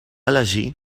elegir